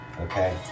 okay